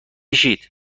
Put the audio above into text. شید